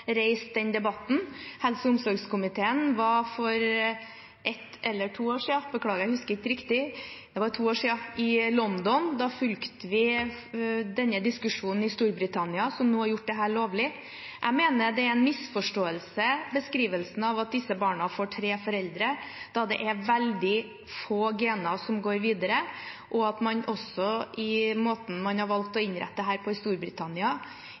reise den debatten. Helse- og omsorgskomiteen var i London for to år siden. Da fulgte vi denne diskusjonen i Storbritannia, som nå har gjort dette lovlig. Jeg mener beskrivelsen av at disse barna får tre foreldre, er en misforståelse, da det er veldig få gener som går videre, og at man også hindrer det, i måten man har valgt å innrette dette på i Storbritannia,